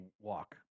walk